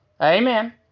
Amen